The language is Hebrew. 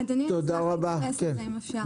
אדוני, אני אשמח להתייחס לזה אם אפשר.